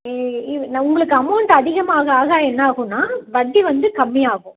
இ இது உங்களுக்கு அமௌண்ட் அதிகம் ஆக ஆக என்னாகுன்னால் வட்டி வந்து கம்மியாகும்